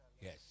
yes